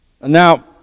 Now